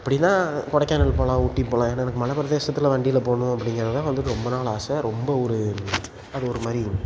அப்படினா கொடைக்கானல் போகலாம் ஊட்டி போகலாம் ஏனால் எனக்கு மலைப்பிரதேசத்துல வண்டியில் போகணும் அப்படிங்கறது தான் வந்து ரொம்ப நாள் ஆசை ரொம்ப ஒரு அது ஒரு மாதிரி